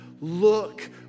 look